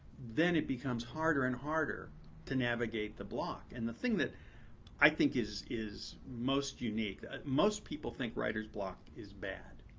then it becomes harder and harder to navigate the block. and the thing that i think is is most unique ah most people think writer's block is bad.